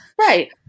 right